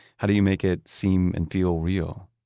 how do you make it seem and feel real?